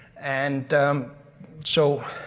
and so.